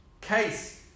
case